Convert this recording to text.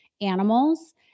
animals